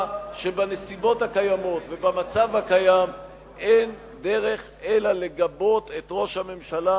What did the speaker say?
שבנסיבות הקיימות ובמצב הקיים אין דרך אלא לגבות את ראש הממשלה,